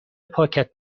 پاکت